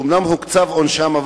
אומנם הוקצב עונשם,